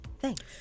Thanks